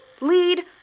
lead